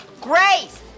Grace